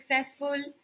successful